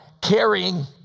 carrying